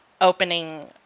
opening